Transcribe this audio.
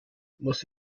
muss